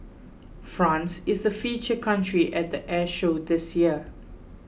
France is the feature country at the air show this year